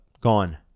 gone